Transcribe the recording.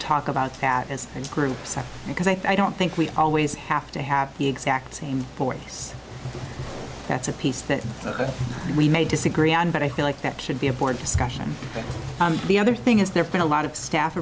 talk about that as groups are because i don't think we always have to have the exact same voice that's a piece that we may disagree on but i feel like that should be a board discussion that the other thing is there's been a lot of staff